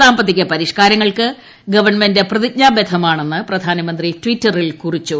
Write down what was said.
സാമ്പത്തിക പരിഷ്കാരങ്ങൾക്ക് ഗവൺമെന്റ് പ്രതിജ്ഞാ ബദ്ധമാണെന്ന് പ്രധാനമന്ത്രി ടിറ്ററിൽ കുറിച്ചു